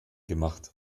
gemacht